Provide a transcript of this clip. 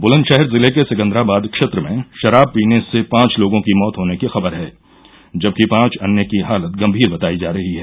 ब्लंदशहर जिले के सिकन्दराबाद क्षेत्र में शराब पीने से पांच लोगों की मौत होने की खबर है जबकि पांच अन्य की हालत गम्मीर बतायी जा रही है